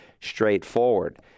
straightforward